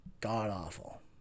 God-awful